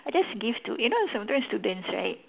I just give to you know sometime students right